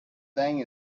thing